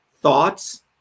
thoughts